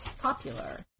popular